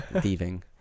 thieving